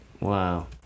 Wow